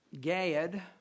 Gad